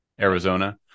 Arizona